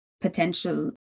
potential